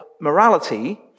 morality